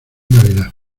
navidad